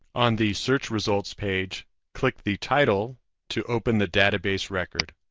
on the search results page click the title to open the database record.